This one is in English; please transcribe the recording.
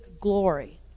glory